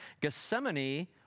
Gethsemane